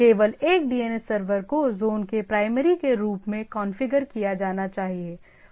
केवल एक DNS server को ज़ोन के प्राइमरी के रूप में कॉन्फ़िगर किया जाना चाहिए